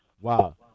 wow